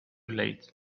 late